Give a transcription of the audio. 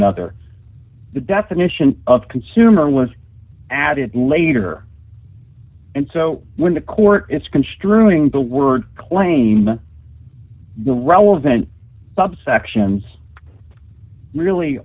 another the definition of consumer was added later and so when the court it's construing the word claim the relevant subsections really